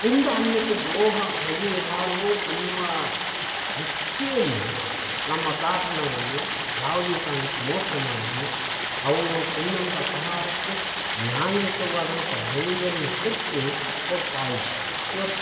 ಉಂಡ ಅನ್ನಕ್ಕೆ ದ್ರೋಹ ಬಗೆಯಬಾರ್ದು ಅನ್ನುವ ದೃಷ್ಟಿಯಲ್ಲಿ ನಮ್ಮ ತಾತನವರಿಗೆ ಯಾವುದೇ ಕಾರಣಕ್ಕು ಮೋಸ ಮಾಡದೆ ಅವರು ತಿಂದಂತಹ ಫಲಾಹಾರಕ್ಕೆ ನ್ಯಾಯಯುತವಾದಂಥ ಬೆಲೆಯನ್ನು ಕಟ್ಟಿ ಹೋಗ್ತಾ ಇದ್ದರು ಇವತ್ತು